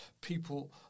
people